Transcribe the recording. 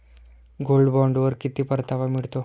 Gold बॉण्डवर किती परतावा मिळतो?